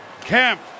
Kemp